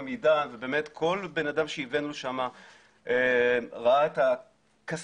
ובאמת כול בן אדם שהבאנו לשם ראה את הכספומטים